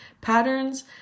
patterns